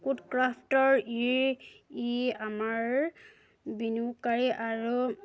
code ক্ৰাফ্টৰ ই ই আমাৰ বিনিয়োগকাৰী আৰু